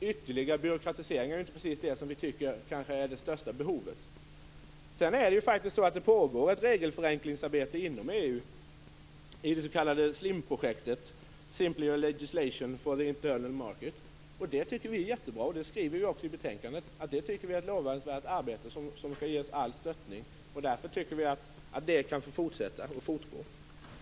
Ytterligare byråkratisering är kanske inte det största behovet i vårt tycke. Sedan pågår faktiskt ett regelförenklingsarbete inom EU, det s.k. SLIM-projektet, Simpler Legislation for the Internal Market. Som vi skriver i betänkandet tycker vi att det arbetet är lovansvärt och bör ges allt stöd. Därför anser vi att det kan få fortgå.